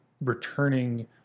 returning